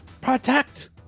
Protect